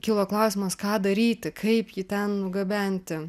kilo klausimas ką daryti kaip jį ten nugabenti